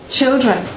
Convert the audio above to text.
children